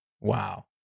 wow